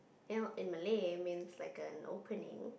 well in Malay means like an opening